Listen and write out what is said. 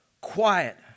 Quiet